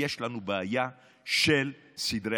יש לנו בעיה של סדר עדיפויות,